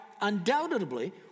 undoubtedly